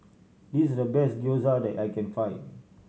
this is the best Gyoza that I can find